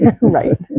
Right